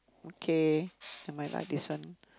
okay I might like this one